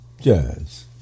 jazz